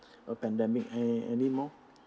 a pandemic any~ anymore